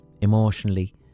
emotionally